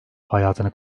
hayatını